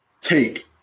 take